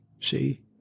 See